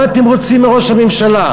מה אתם רוצים מראש הממשלה?